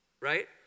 Right